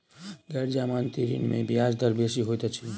गैर जमानती ऋण में ब्याज दर बेसी होइत अछि